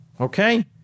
Okay